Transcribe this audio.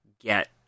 get